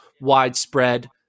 widespread